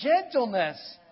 Gentleness